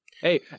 Hey